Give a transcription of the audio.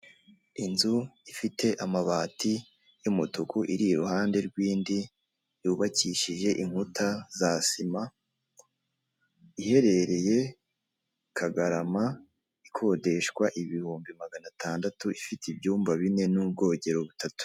Inzu ifite amabati y'umutuku iri iruhande rwindi, yubakishije inkuta za sima. Iherereye kagarama ikondeshwa, ibihumbi magana atandatu. Ifite ibyumba bine n'ubwogero butatu.